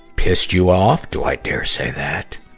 pissed you off do i dare say that?